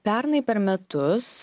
pernai per metus